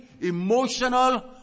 emotional